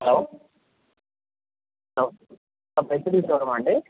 hello అండి